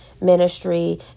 ministry